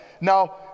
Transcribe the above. Now